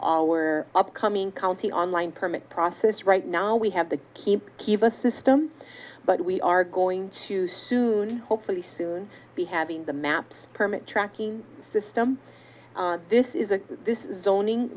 all were upcoming county online permit process right now we have the kiva system but we are going to soon hopefully soon be having the maps permit tracking system this is a this is owning